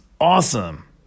awesome